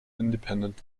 independent